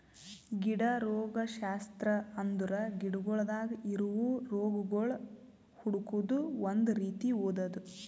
ಗಿಡ ರೋಗಶಾಸ್ತ್ರ ಅಂದುರ್ ಗಿಡಗೊಳ್ದಾಗ್ ಇರವು ರೋಗಗೊಳ್ ಹುಡುಕದ್ ಒಂದ್ ರೀತಿ ಓದದು